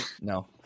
no